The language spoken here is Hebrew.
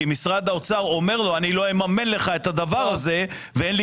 כי משרד האוצר אומר לו שהוא לא יממן לו את הדבר הזה ואין לו